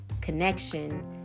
connection